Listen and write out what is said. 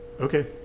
okay